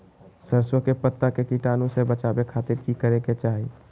सरसों के पत्ता के कीटाणु से बचावे खातिर की करे के चाही?